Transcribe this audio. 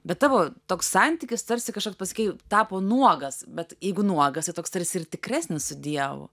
bet tavo toks santykis tarsi kažkoks pasakei tapo nuogas bet jeigu nuogas tai toks tarsi ir tikresnis su dievu